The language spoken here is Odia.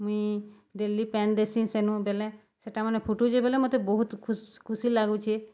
ମୁଇଁ ଡେଲି ପାଏନ୍ ଦେସିଁ ସେନୁ ବେଲେ ସେଟା ମାନେ ଫୁଟୁଚେ ବେଲେ ମତେ ବହୁତ୍ ଖୁସି ଲାଗୁଛେ